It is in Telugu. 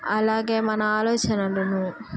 అలాగే మన ఆలోచనలను